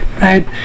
right